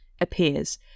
Appears